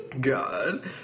God